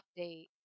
update